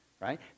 right